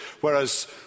Whereas